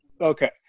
Okay